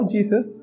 Jesus